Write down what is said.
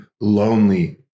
lonely